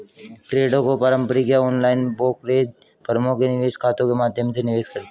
ट्रेडों को पारंपरिक या ऑनलाइन ब्रोकरेज फर्मों के निवेश खातों के माध्यम से निवेश करते है